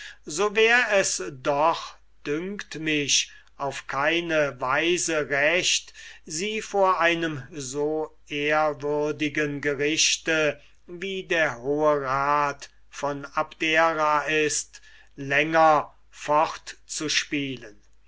so wär es doch dünkt mich auf keine weise recht sie vor einem so ehrwürdigen gerichte wie der hohe rat von abdera länger